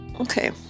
okay